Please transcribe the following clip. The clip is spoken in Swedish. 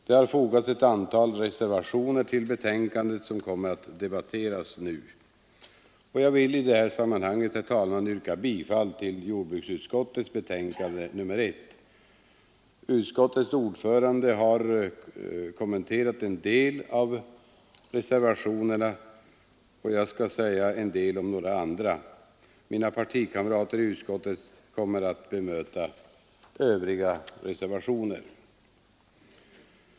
Det har fogats ett antal reservationer till betänkandet, vilka nu kommer att debatteras. Jag vill i detta sammanhang, herr talman, yrka bifall till jordbruksutskottets hemställan i betänkandet nr 1. Utskottets ordförande har kommenterat en del av reservationerna. Jag skall nu säga några ord om vissa andra. Mina partikamrater i utskottet kommer att bemöta övriga reservationer.